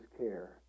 care